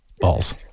balls